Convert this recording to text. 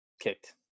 kicked